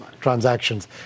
transactions